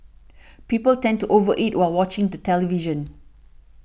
people tend to over eat while watching the television